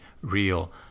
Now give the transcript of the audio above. real